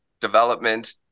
development